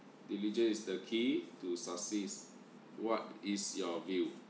diligence is the key to success what is your view